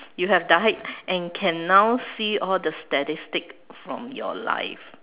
you have died and can now see all the statistic from your life